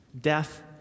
Death